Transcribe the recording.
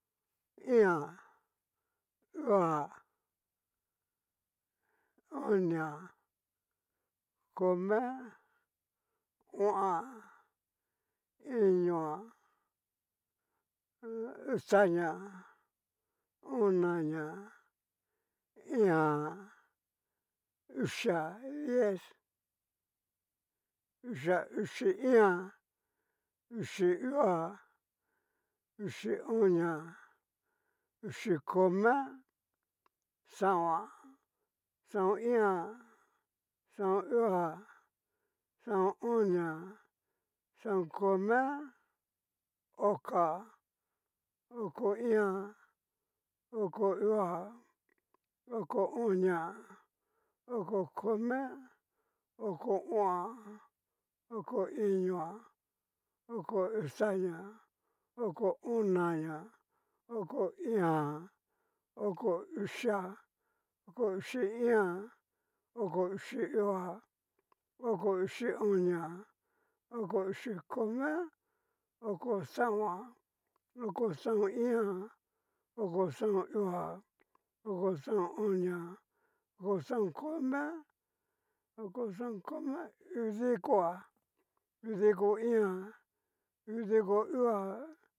Iin a, uu a, oni a, komia, o'on a, iño a, uxaña, onaña, íín a, uxi a, diez, uxi iin a, uxi uua, uxi komia, xaon a, xaon iin a, xaon uu a, xaon onia, xaon komia, oko a, oko iin a, oko uu a, oko oni a, oko komia, oko o'on a, oko iño a, oko uxaña, oko onaña, oko íín a, oko uxia, oko uxi iin a, oko uxi uu a, oko uxi onia, oko uxi komia, oko xaon a, oko xaon iin a okoxaon uu a, oko xaon onia, oko xaon komia, oko xaon komia, udikoa, udiko iin a, udiko uu a